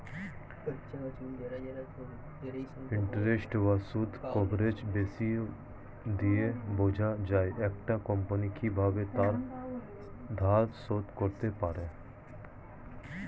interest বা সুদ coverage ratio দিয়ে বোঝা যায় একটা কোম্পানি কিভাবে তার ধার শোধ করতে পারে